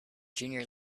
junior